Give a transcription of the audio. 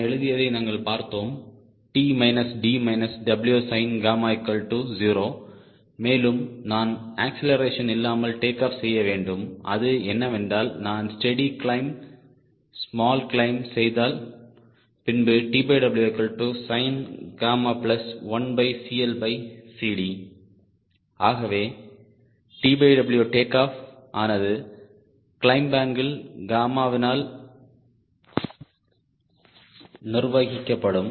நான் எழுதியதை நாங்கள் பார்த்தோம் T D Wsin0 மேலும் நான் அக்ஸ்லெரேஷன் இல்லாமல் டேக் ஆஃப் செய்ய வேண்டும் அது என்னவென்றால் நான் ஸ்டேடி கிளைம்ப் ஸ்மால் கிளைம்ப் செய்தால் பின்பு TWWsin1CLCD ஆகவேTW டேக் ஆஃப் ஆனது கிளைம்ப் அங்கிள் வினால் நிர்வகிக்கப்படும்